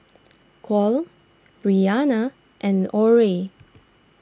Kole Bryana and Orie